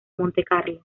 montecarlo